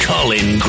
Colin